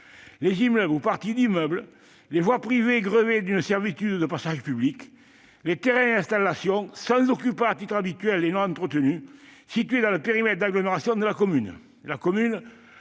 les immeubles ou parties d'immeuble, les voies privées grevées d'une servitude de passage public, les terrains et installations, sans occupant à titre habituel et non entretenus, situés dans le périmètre d'agglomération de la commune.